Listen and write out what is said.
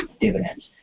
dividends